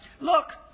look